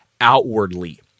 outwardly